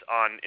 on